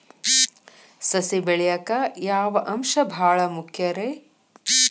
ಸಸಿ ಬೆಳೆಯಾಕ್ ಯಾವ ಅಂಶ ಭಾಳ ಮುಖ್ಯ ರೇ?